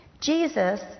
Jesus